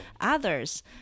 others